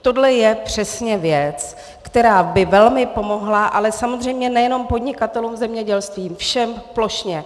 Tohle je přesně věc, která by velmi pomohla, ale samozřejmě nejenom podnikatelům v zemědělství, ale všem plošně.